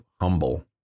humble